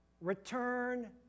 return